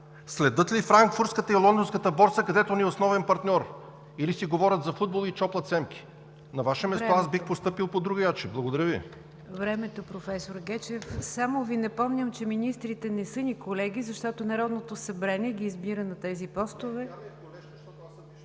следят ли Франкфуртската и Лондонската борси, които са ни основен партньор, или си говорят за футбол и чоплят семки? На Ваше място аз бих постъпил другояче. Благодаря Ви. ПРЕДСЕДАТЕЛ НИГЯР ДЖАФЕР: Времето, професор Гечев. Само Ви напомням, че министрите не са ни колеги, защото Народното събрание ги избира на тези постове.